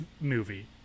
movie